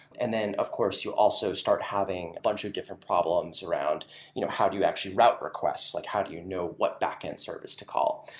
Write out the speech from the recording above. and then of course, you also start having a bunch of different problems around you know how do you actually route request? like how do you know what back-end service to call?